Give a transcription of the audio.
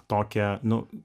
tokią nu